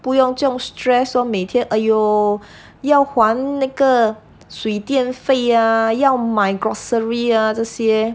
不要这样 stress lor !aiyo! 每天要还那个水电费 ah 要买 grocery ah 这些